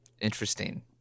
interesting